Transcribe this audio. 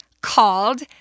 called